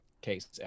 case